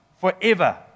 forever